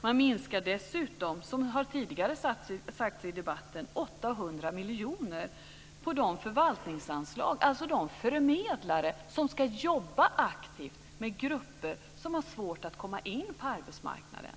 Man minskar dessutom, som tidigare har sagts i debatten, 800 miljoner kronor på förvaltningsanslagen, alltså de förmedlare som ska jobba aktivt med grupper som har svårt att komma in på arbetsmarknaden.